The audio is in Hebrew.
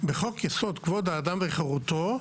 בחוק יסוד כבוד האדם וחירותו.